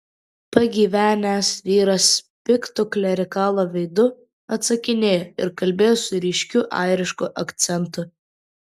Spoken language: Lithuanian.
pagyvenęs vyras piktu klerikalo veidu atsakinėjo ir kalbėjo su ryškiu airišku akcentu